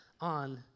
on